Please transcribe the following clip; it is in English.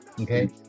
Okay